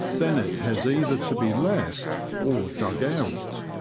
then it has either to be left or dug out.